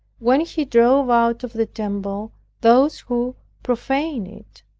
when he drove out of the temple those who profaned it.